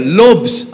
lobes